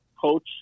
coach